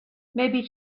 maybe